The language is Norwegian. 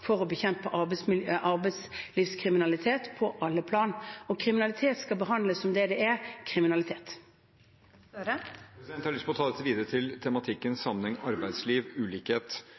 for å bekjempe arbeidslivskriminalitet på alle plan. Kriminalitet skal behandles som det det er – kriminalitet. Jonas Gahr Støre – til oppfølgingsspørsmål. Jeg har lyst til å ta dette videre til tematikken sammenhengen arbeidsliv–ulikhet. Det er en nær sammenheng